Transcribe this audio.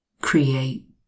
create